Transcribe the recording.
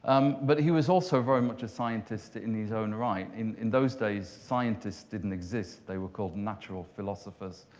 um but he was also very much a scientist in his own right. in those days, scientists didn't exist. they were called natural philosophers.